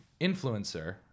influencer